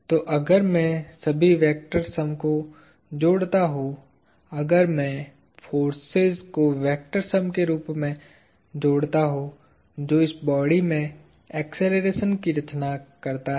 तो अगर मैं सभी वेक्टर सम को जोड़ता हूं अगर मैं फोर्सेज को वेक्टर सम के रूप में जोड़ता हूं जो इस बॉडी में एक्सेलरेशन की रचना करता है